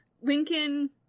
Lincoln